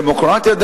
הדמוקרטיה,